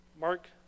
Mark